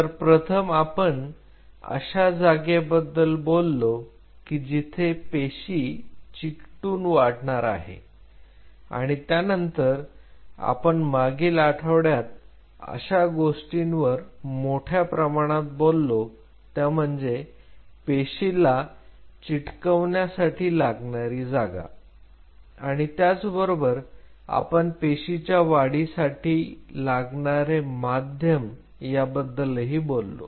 तर प्रथम आपण अशा जागेबद्दल बोललो की जेथे पेशी चिकटून वाढणार आहे आणि त्यानंतर आपण मागील आठवड्यात अशा गोष्टींवर मोठ्या प्रमाणावर बोललो त्या म्हणजे पेशीला चिटकवण्यासाठी लागणारी जागा आणि त्याचबरोबर आपण पेशीच्या वाढीसाठी लागणारे माध्यम याबद्दलही बोललो